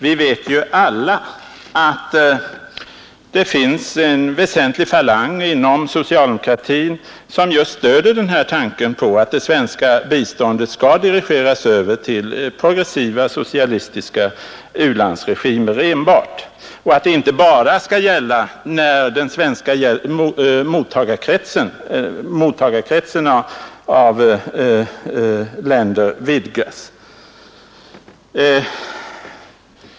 Vi vet ju alla att det finns en väsentlig falang inom socialdemokratin som just stöder tanken att det svenska biståndet skall dirigeras över till progressiva, socialistiska u-landsregimer enbart, och att det inte bara skall gälla när mottagarkretsen av länder vidgas.